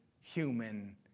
human